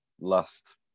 last